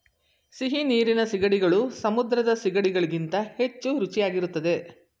ಸಿಹಿನೀರಿನ ಸೀಗಡಿಗಳು ಸಮುದ್ರದ ಸಿಗಡಿ ಗಳಿಗಿಂತ ಹೆಚ್ಚು ರುಚಿಯಾಗಿರುತ್ತದೆ